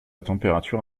température